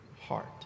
heart